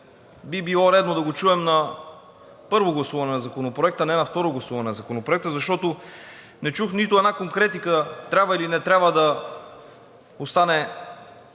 би било редно да го чуем на първо гласуване на Законопроекта, а не на второ гласуване на Законопроекта, защото не чух нито една конкретика – трябва или не трябва да остане